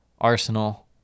Arsenal